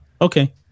okay